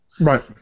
Right